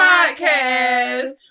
Podcast